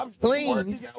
clean